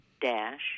dash